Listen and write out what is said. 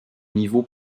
niveau